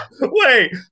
Wait